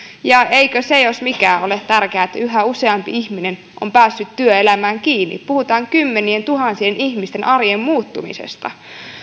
eikö se jos mikä ole tärkeää että yhä useampi ihminen on päässyt työelämään kiinni puhutaan kymmenientuhansien ihmisten arjen muuttumisesta